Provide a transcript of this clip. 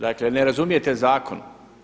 Dakle ne razumijete zakon.